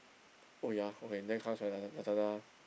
oh ya okay then comes my Laza~ Lazada